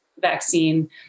vaccine